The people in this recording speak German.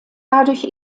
dadurch